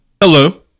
Hello